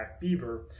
fever